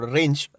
range